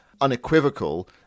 unequivocal